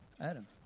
Adam